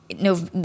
no